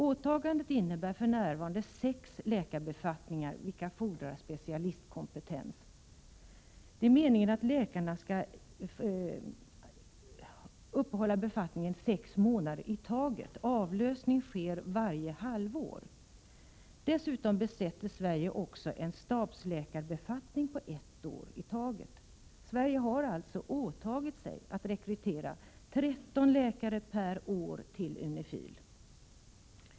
Åtagandet innebär för närvarande sex läkarbefattningar, vilka fordrar specialistkompetens. Det är meningen att läkarna skall upprätthålla befattningen sex månader i taget. Varje halvår sker avlösning. Dessutom besätter Sverige en stabsläkarbefattning på ett år i taget. Sverige har alltså åtagit sig att rekrytera 13 läkare per år till UNIFIL.